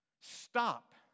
stop